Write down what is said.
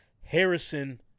Harrison